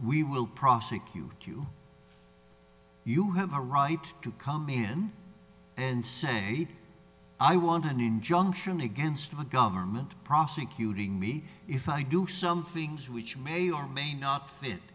we will prosecute you you have a right to come in and say i want an injunction against my government prosecuting me if i do some things which may or may not fit